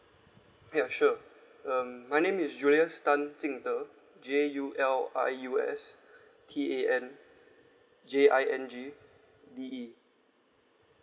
ya sure um my name is julius tan jing de J U L I U S T A N J I N g D E